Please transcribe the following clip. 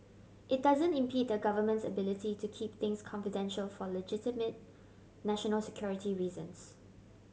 it doesn't impede the Government's ability to keep things confidential for legitimate national security reasons